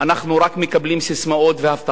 אנחנו רק מקבלים ססמאות והבטחות.